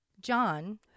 John